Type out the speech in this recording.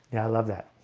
yeah, i love that.